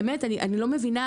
לא.